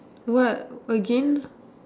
what again